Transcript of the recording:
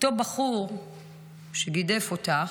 אותו בחור שגידף אותך,